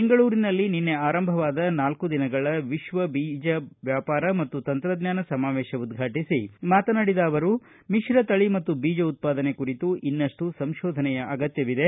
ಬೆಂಗಳೂರಿನಲ್ಲಿ ನಿನ್ನೆ ಆರಂಭವಾದ ನಾಲ್ಕು ದಿನಗಳ ವಿಶ್ವ ಬೀಜ ವ್ಯಾಪಾರ ಮತ್ತು ತಂತ್ರಜ್ಞಾನ ಸಮಾವೇಶ ಉದ್ಘಾಟಿಸಿ ಮಾತನಾಡಿದ ಅವರು ಮಿಶ್ರ ತಳಿ ಮತ್ತು ಬೀಜ ಉತ್ವಾದನೆ ಕುರಿತು ಇನ್ನಷ್ಟು ಸಂಶೋಧನೆಯ ಅಗತ್ಯವಿದೆ